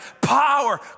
power